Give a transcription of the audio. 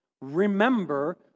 remember